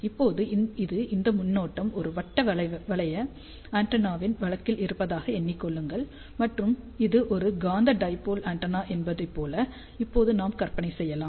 இப்போது இது இந்த மின்னோட்டம் ஒரு வட்ட வளைய ஆண்டெனாவின் வழக்கில் இருப்பதாக எண்ணிக் கொள்ளுங்கள் மற்றும் இது ஒரு காந்த டைபோல் ஆண்டெனா என்பதைப் போல் இப்போது நாம் கற்பனை செய்யலாம்